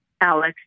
Alex